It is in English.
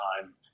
time